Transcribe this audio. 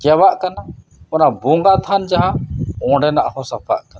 ᱪᱟᱵᱟᱜ ᱠᱟᱱᱟ ᱚᱱᱟ ᱵᱚᱸᱜᱟ ᱛᱷᱟᱱ ᱡᱟᱦᱟᱸ ᱚᱸᱰᱮᱱᱟᱜ ᱦᱚᱸ ᱥᱟᱯᱷᱟᱜ ᱠᱟᱱᱟ